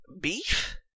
Beef